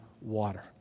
water